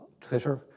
Twitter